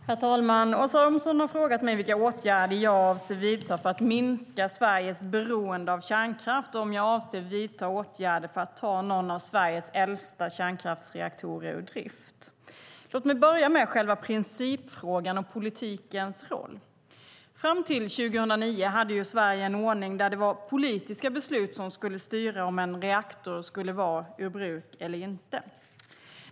Herr talman! Åsa Romson har frågat mig vilka åtgärder jag avser att vidta för att minska Sveriges beroende av kärnkraft och om jag avser att vidta åtgärder för att ta någon av Sveriges äldsta kärnkraftsreaktorer ur drift. Låt mig börja med själva principfrågan och politikens roll. Fram till 2009 hade Sverige en ordning där det var politiska beslut som skulle styra om en reaktor skulle vara ur bruk eller inte.